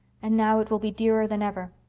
and now it will be dearer than ever.